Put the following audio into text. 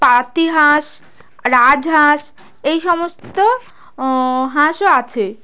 পাতিহাঁস রাজহাঁস এই সমস্ত হাঁসও আছে